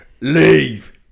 Leave